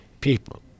people